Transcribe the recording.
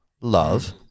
love